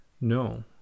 No